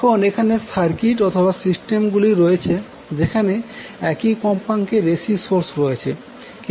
এখন এখানে সার্কিট অথবা সিস্টেম গুলি রয়েছে যেখানে একই কম্পাকের এসি সোর্স রয়েছে